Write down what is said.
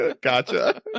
Gotcha